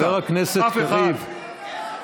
חבר הכנסת קריב.